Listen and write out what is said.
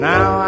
Now